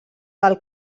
del